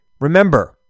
remember